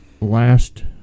last